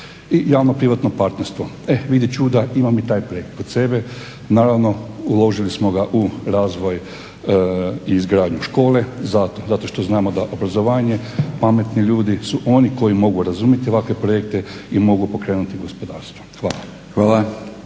I javno-privatno partnerstvo, e vidi čuda imam i taj projekt kod sebe. Naravno, uložili smo ga u razvoj i izgradnju škole zato što znamo da obrazovanje, pametni ljudi su oni koji mogu razumjeti ovakve projekte i mogu pokrenuti gospodarstvo. Hvala.